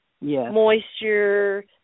moisture